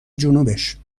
جنوبش